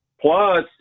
Plus